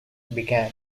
began